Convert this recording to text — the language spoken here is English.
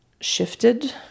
shifted